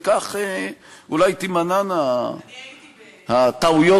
וכך אולי תימנענה הטעויות,